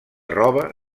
roba